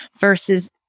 versus